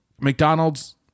McDonald's